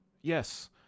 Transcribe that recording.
yes